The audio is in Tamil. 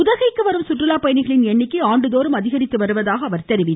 உதகைக்கு வரும் கற்றுலா பயணிகளின் எண்ணிக்கை ஆண்டுதோறும் அதிகரித்து வருவதாக தெரிவித்தார்